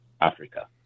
Africa